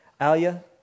Alia